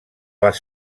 les